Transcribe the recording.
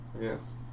Yes